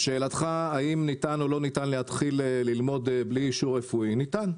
לשאלתך האם ניתן או לא ניתן להתחיל ללמוד בלי אישור רפואי ניתן.